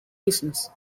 business